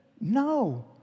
no